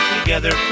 together